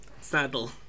saddle